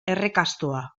errekastoa